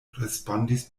respondis